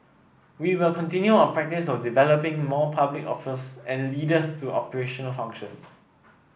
we will continue our practice of developing more public office and leaders to operational functions